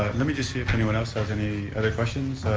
let me just see if anyone else has any other questions,